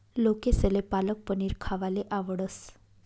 लोकेसले पालक पनीर खावाले आवडस